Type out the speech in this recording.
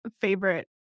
favorite